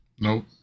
Nope